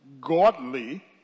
godly